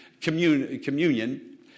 Communion